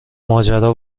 ماجرا